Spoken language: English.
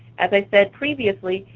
as i said previously,